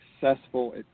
successful